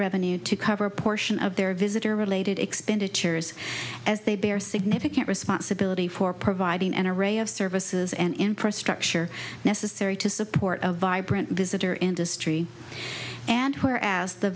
revenue to cover a portion of their visitor related expenditures as they bear significant responsibility for providing an array of services and infrastructure necessary to support of vibrant visitor industry and where as the